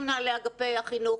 עם מנהלי אגפי החינוך,